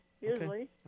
Usually